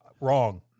Wrong